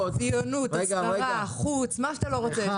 ציונות, השכלה, חוץ, מה שאתה לא רוצה.